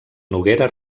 noguera